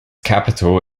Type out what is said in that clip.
capital